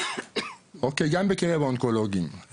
גם בקרב האונקולוגים,